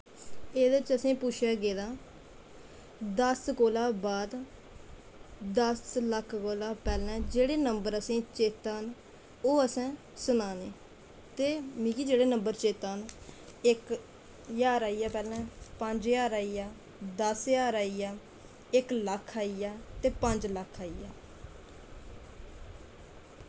एह्दे च असेंगी पुच्छेआ गेदा दस कोला बाद दस लक्ख कोला पैह्लैं जेह्ड़े नंबर असेंगी चैत्ता न ओह् असैं सनानें ते मिगी जेह्ड़े नंबर चेत्ता न इक ज्हार आईया पैह्लैं पंजज्हार आईया दस ज्हार आईया इक लक्ख आईया ते पंज लक्ख आईया